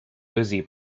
busy